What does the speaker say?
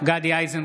גדי איזנקוט,